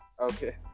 Okay